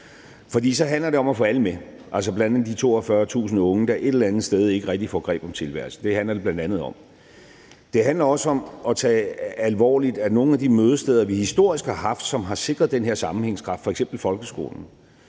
for så handler det om at få alle med, altså bl.a. de 42.000 unge, der et eller andet sted ikke rigtig får greb om tilværelsen; det handler det bl.a. om. Det handler også om at tage alvorligt, at nogle af de mødesteder, vi historisk har haft, og som har sikret den her sammenhængskraft, f.eks. folkeskolen,